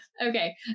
Okay